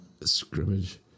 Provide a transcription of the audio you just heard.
scrimmage